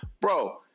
Bro